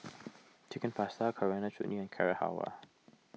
Chicken Pasta Coriander Chutney and Carrot Halwa